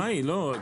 מאי, לא.